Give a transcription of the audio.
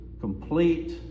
complete